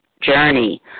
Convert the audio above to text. journey